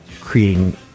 creating